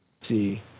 See